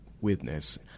witness